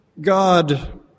God